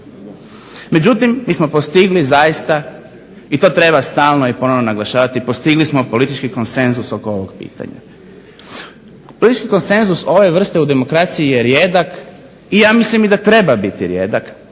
Međutim, zaista i to treba stalno i ponovno naglašavati postigli smo politički konsenzus oko ovog pitanja. Politički konsenzus ove vrste u demokraciji je rijedak i ja mislim da treba biti rijedak